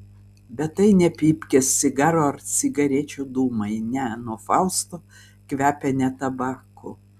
bet tai ne pypkės cigarų ar cigarečių dūmai ne nuo fausto kvepia ne tabaku